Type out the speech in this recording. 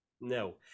No